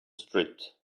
street